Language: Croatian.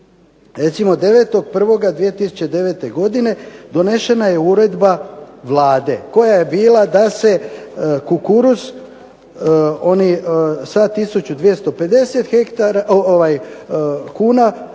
recimo 9. 1. 2009. godine donesena je uredba Vlade koja je bila da se kukuruz sa 1250 kuna